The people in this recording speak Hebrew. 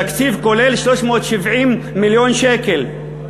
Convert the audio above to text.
תקציב כולל, 370 מיליון שקל.